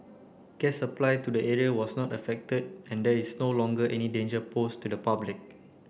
gas supply to the area was not affected and there is no longer any danger posed to the public